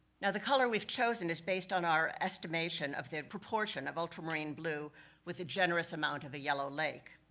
now the color we've chosen is based on our estimation of the proportion of ultramarine blue with a generous amount of a yellow lake.